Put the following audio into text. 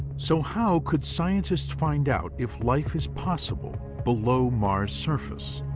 so how could scientists find out if life is possible below mars' surface?